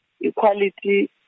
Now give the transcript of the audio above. equality